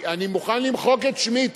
אני מוכן למחוק את שמי,